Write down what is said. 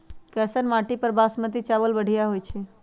कैसन माटी पर बासमती चावल बढ़िया होई छई?